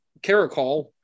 Caracol